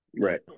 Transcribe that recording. Right